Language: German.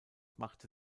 machte